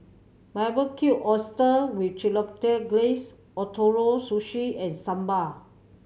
Barbecued Oyster with Chipotle Glaze Ootoro Sushi and Sambar